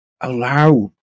allow